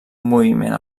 moviment